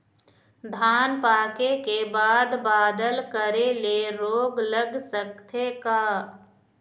धान पाके के बाद बादल करे ले रोग लग सकथे का?